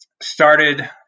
Started